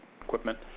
equipment